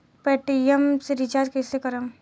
Paytm से recharge कईसे करम?